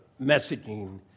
messaging